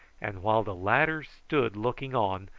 and while the latter stood looking on,